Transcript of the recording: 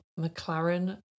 McLaren